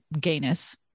gayness